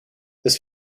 this